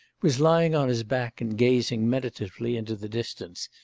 was lying on his back and gazing meditatively into the distance,